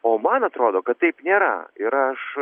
o man atrodo kad taip nėra ir aš